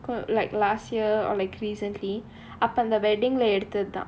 like last year or like recently அந்த:andha wedding leh எடுத்ததுதான்:eduthathuthaan